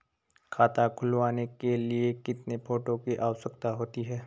खाता खुलवाने के लिए कितने फोटो की आवश्यकता होती है?